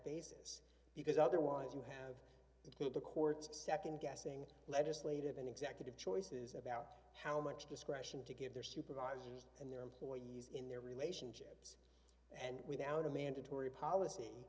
basis because otherwise you have to keep the courts nd guessing legislative and executive choices about how much discretion to give their supervisors and their employees in their relationship and without a mandatory policy